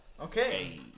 okay